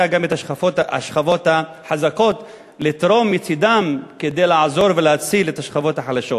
גם את השכבות החזקות לתרום מצדן כדי לעזור ולהציל את השכבות החלשות.